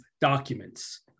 documents